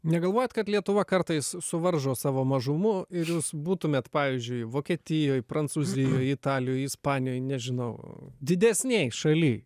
negalvojat kad lietuva kartais suvaržo savo mažumu ir jūs būtumėt pavyzdžiui vokietijoj prancūzijoj italijoj ispanijoj nežinau didesnėj šaly